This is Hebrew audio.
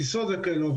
טיסות וכאלו,